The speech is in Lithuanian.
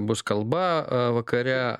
bus kalba vakare